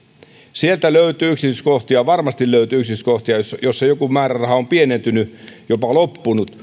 sieltä löytyy yksityiskohtia varmasti löytyy yksityiskohtia joissa joku määräraha on pienentynyt jopa loppunut